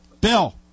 Bill